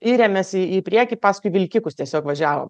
yrėmės į į priekį paskui vilkikus tiesiog važiavom